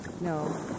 No